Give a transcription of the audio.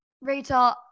Rachel